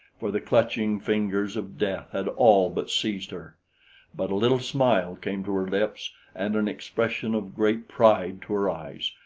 for the clutching fingers of death had all but seized her but a little smile came to her lips and an expression of great pride to her eyes.